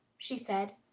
she said,